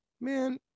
man